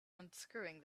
unscrewing